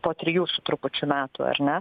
po trijų su trupučiu metų ar ne